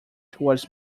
towards